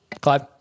Clive